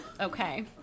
Okay